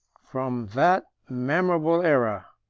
from that memorable aera,